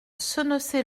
sennecey